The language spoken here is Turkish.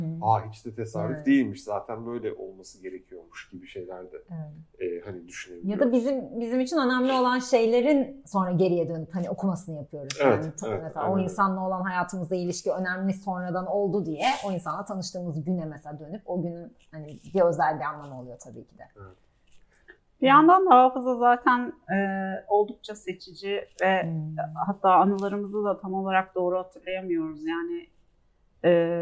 Hı. Aa, hiç de tesadüf Evet. değilmiş, zaten böyle olması gerekiyormuş gibi şeyler de, Evet. eee, hani düşünebiliyoruz. Ya da bizim- bizim için önemli olan şeylerin sonra geriye dönüp, hani okumasını yapıyoruz. Evet, Yani tabii evet, mesela o aynen öyle. insanla olan hayatımızda ilişki önemli sonradan oldu diye o insanla tanıştığımız güne mesela dönüp, o günün hani bir özelliği anlamı oluyor tabii ki de. Evet. Bir Hı. yandan da hafıza zaten, eee, oldukça seçici ve Hı. hatta anılarımızı da tam olarak doğru hatırlayamıyoruz. Yani, eee,